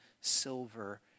silver